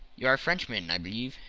you are a frenchman, i believe,